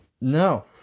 no